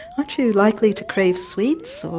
aren't you likely to crave sweets? so